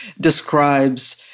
describes